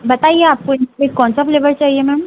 बताइए आपको इसमें कौन सा फ़्लेवर चाहिए मैम